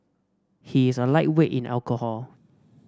he is a lightweight in alcohol